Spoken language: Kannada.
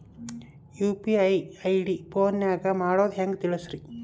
ಯು.ಪಿ.ಐ ಐ.ಡಿ ಫೋನಿನಾಗ ಮಾಡೋದು ಹೆಂಗ ತಿಳಿಸ್ರಿ?